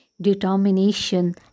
determination